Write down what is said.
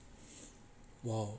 !wow!